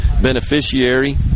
beneficiary